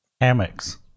Hammocks